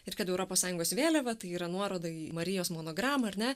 ir kad europos sąjungos vėliava tai yra nuoroda į marijos monogramą ar ne